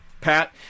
Pat